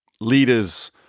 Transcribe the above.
leaders